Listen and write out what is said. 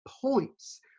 points